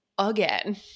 again